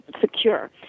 secure